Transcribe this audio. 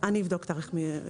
אני אבדוק את התאריך.